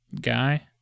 guy